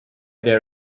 their